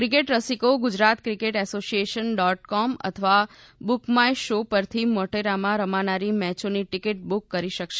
cricket રસિકો Gujarat cricket association dot com અથવા book my show પરથી મોટેરામાં રમાનારી મેચોની ટિકીટ બુક કરી શકે છે